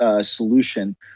solution